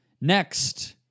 Next